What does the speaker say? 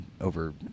over